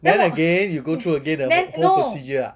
then again you go through again the whole procedure ah